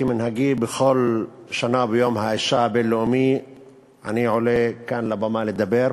כמנהגי בכל שנה ביום האישה הבין-לאומי אני עולה כאן לבמה לדבר.